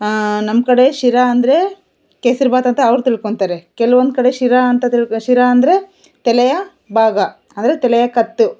ನಮ್ಮ ಕಡೆ ಶಿರ ಅಂದರೆ ಕೇಸರೀಭಾತ್ ಅಂತ ಅವ್ರು ತಿಳ್ಕೊಳ್ತಾರೆ ಕೆಲ್ವೊಂದು ಕಡೆ ಶಿರ ಅಂತ ತಿಳಿ ಶಿರ ಅಂದರೆ ತಲೆಯ ಭಾಗ ಅಂದರೆ ತಲೆಯ ಕತ್ತು